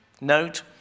note